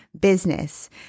business